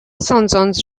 sądząc